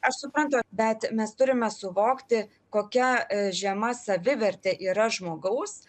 aš suprantu bet mes turime suvokti kokia žema savivertė yra žmogaus